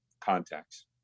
contacts